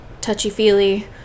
touchy-feely